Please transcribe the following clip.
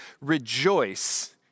rejoice